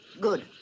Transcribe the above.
Good